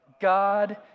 God